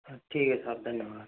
हाँ ठीक है साहब धन्यवाद